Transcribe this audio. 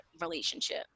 relationship